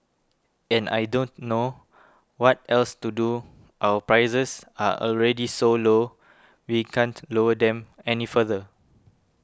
and I don't know what else to do our prices are already so low we can't lower them any further